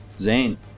Zane